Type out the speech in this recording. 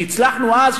שהצלחנו אז,